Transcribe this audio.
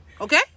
okay